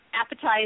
appetizer